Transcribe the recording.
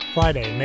Friday